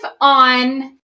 on